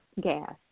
gas